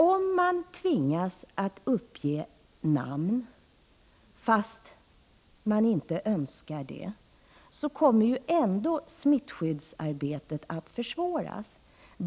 Om man tvingas att uppge namn trots att man inte önskar det, kommer ju ändå smittskyddsarbetet att försvåras.